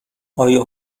آیا